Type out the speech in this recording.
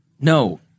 No